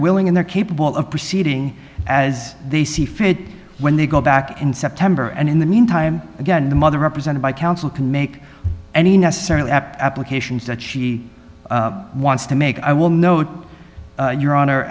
willing and they're capable of proceeding as they see fit when they go back in september and in the meantime again the mother represented by counsel can make any necessary applications that she wants to make i will note your honor